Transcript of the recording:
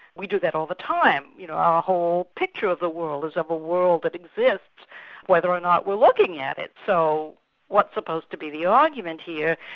we do that all the time, you know, our whole picture of the world is of a world that exists whether or not we're looking at it. so what's supposed to be the argument here?